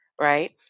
right